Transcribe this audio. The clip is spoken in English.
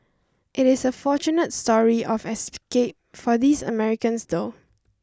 it is a fortunate story of escape for these Americans though